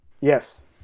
Yes